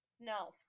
No